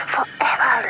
Forever